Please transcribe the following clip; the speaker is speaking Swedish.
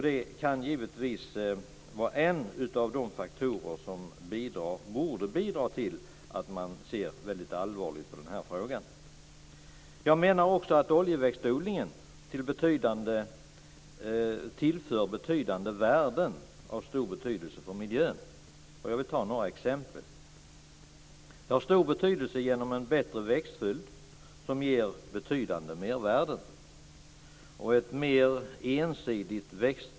Det kan givetvis vara en av de faktorer som borde bidra till att man ser allvarligt på den här frågan. Jag menar också att oljeväxtodlingen tillför betydande värden av stor betydelse för miljön. Jag vill ta några exempel. Den har stor betydelse genom en bättre växtföljd, som ger betydande mervärden.